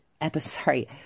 episode